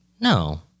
No